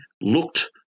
looked